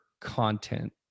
content